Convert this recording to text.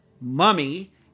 mummy